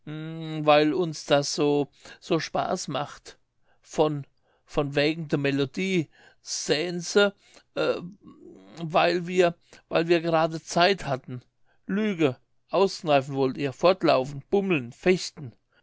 weil uns das so so spaß macht von von wägen de melodie sähn se weil wir weil wir gerade zeit hatten lüge auskneifen wollt ihr fortlaufen bummeln fechten